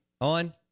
on